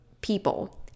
people